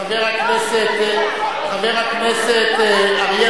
אני לא מייצגת אותך, אני מייצגת את העם שלי.